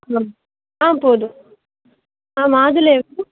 ம் ஆ போதும் ஆ மாதுளை எவ்வளோ